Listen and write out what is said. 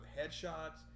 headshots